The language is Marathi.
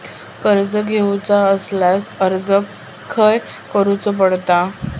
कर्ज घेऊचा असल्यास अर्ज खाय करूचो पडता?